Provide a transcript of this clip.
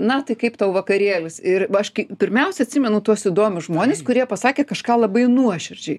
na tai kaip tau vakarėlis ir va aš kai pirmiausia atsimenu tuos įdomius žmones kurie pasakė kažką labai nuoširdžiai